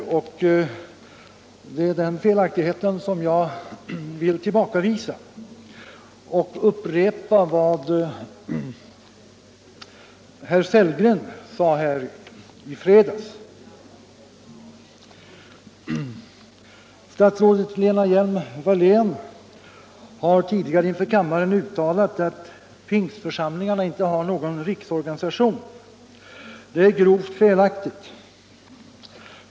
Jag vill tillbakavisa detta oriktiga påstående, och jag vill i den delen upprepa vad herr Sellgren sade i fredags. Statsrådet Lena Hjelm-Wallén har tidigare inför kammaren uttalat att pingstförsamlingarna inte har någon riksorganisation. Det är grovt felaktigt.